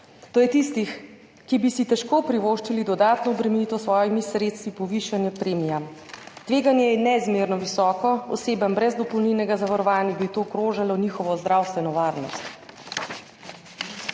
to je tistih, ki bi si težko privoščili dodatno obremenitev s svojimi sredstvi, povišanje premij. Tveganje je neizmerno visoko, osebam brez dopolnilnega zavarovanja bi to ogrožalo njihovo zdravstveno varnost.